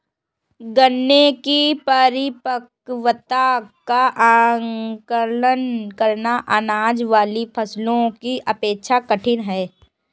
गन्ने की परिपक्वता का आंकलन करना, अनाज वाली फसलों की अपेक्षा कठिन है